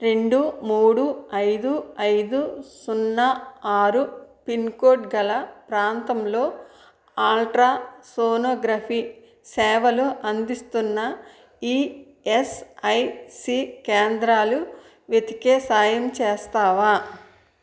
రెండు మూడు అయిదు అయిదు సున్నా ఆరు పిన్కోడ్ గల ప్రాంతంలో ఆల్ట్రాసోనోగ్రఫీ సేవలు అందిస్తున్న ఈఎస్ఐసి కేంద్రాలు వెతికే సాయం చేస్తావా